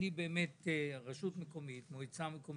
בעקבות החוק הזה: "אנחנו מועצה מקומית,